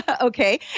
Okay